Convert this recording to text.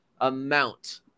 amount